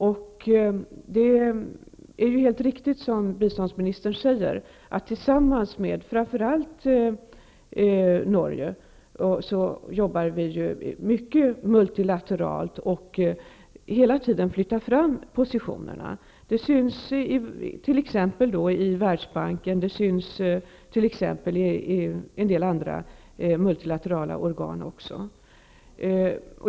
Det är helt riktigt som biståndsministern säger att vi tillsammans med framför allt Norge jobbar mycket multilateralt och hela tiden flyttar fram positionerna. Det syns t.ex. i världsbanken och i en del andra multilaterala organ.